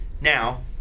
Now